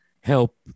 help